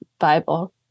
Bible